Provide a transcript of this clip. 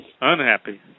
Unhappy